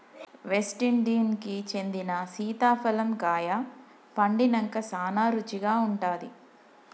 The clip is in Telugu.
వెస్టిండీన్ కి చెందిన సీతాఫలం కాయ పండినంక సానా రుచిగా ఉంటాది